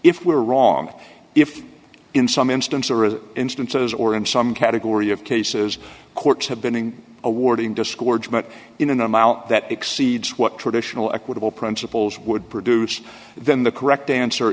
if we're wrong if in some instance or a instances or in some category of cases courts have been in awarding discord but in an amount that exceeds what traditional equitable principles would produce then the correct answer